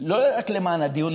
לא רק למען הדיון,